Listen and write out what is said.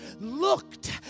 looked